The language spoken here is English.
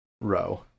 row